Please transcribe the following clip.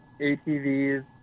ATVs